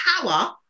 power